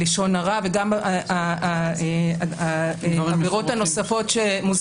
לגבי האמירות שהשוטרים